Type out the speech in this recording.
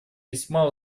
весьма